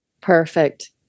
Perfect